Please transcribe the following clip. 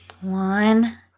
One